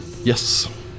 Yes